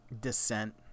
descent